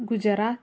Gujarat